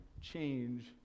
change